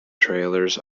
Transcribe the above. trailers